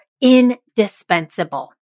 indispensable